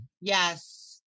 Yes